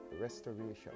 restoration